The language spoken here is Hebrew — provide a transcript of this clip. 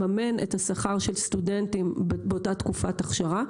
לממן את השכר של סטודנטים באותה תקופת הכשרה,